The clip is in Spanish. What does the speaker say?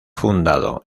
fundado